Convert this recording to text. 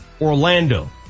Orlando